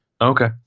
Okay